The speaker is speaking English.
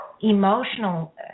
emotional